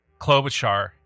Klobuchar